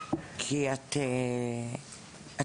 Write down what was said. כי את מוגנת.